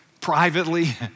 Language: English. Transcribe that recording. privately